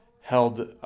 held